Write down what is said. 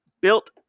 built